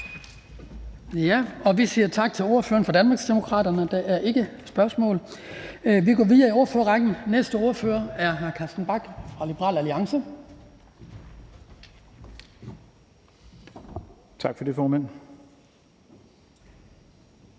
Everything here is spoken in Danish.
Vi siger tak til ordføreren for Danmarksdemokraterne. Der er ingen spørgsmål. Vi går videre i ordførerrækken. Næste ordfører er hr. Carsten Bach fra Liberal Alliance. Kl. 14:42 (Ordfører)